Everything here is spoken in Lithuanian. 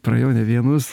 praėjau ne vienus